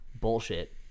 bullshit